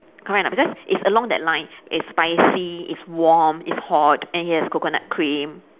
correct or not because it's along that line it's spicy it's warm it's hot and it has coconut cream